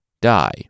die